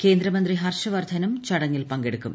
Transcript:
കേന്ദ്രമന്ത്രി ഹർഷവർദ്ധനും ചടങ്ങിൽ പങ്കെടുക്കും